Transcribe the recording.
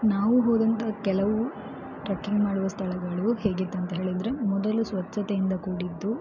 ನಾವು ಹೋದಂಥ ಕೆಲವು ಟ್ರೆಕಿಂಗ್ ಮಾಡುವ ಸ್ಥಳಗಳು ಹೇಗಿತ್ತಂತ ಹೇಳಿದರೆ ಮೊದಲು ಸ್ವಚ್ಛತೆಯಿಂದ ಕೂಡಿದ್ದು